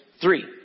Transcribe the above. Three